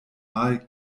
mal